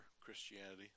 Christianity